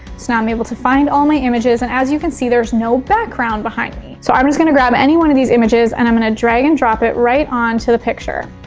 so now i'm able to find all my images and as you can see there's no background behind me. so i'm just gonna grab any one of these images and i'm gonna drag and drop it right onto the picture.